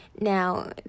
now